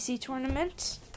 tournament